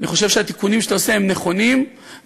אני חושב שהתיקונים שאתה עושה הם נכונים וטובים,